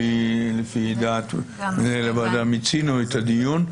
את הדיון.